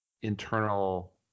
internal